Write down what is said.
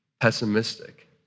pessimistic